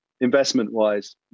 Investment-wise